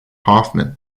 hoffmann